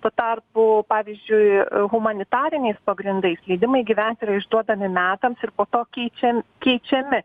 tuo tarpu pavyzdžiui humanitariniais pagrindais leidimai gyventi yra išduodami metams ir po to keičiam keičiami